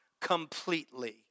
completely